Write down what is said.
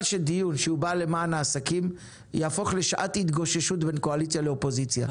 שדיון שבא למען העסקים יהפוך לשעת התגוששות בין קואליציה לאופוזיציה.